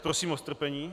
Prosím o strpení.